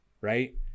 right